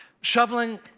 shoveling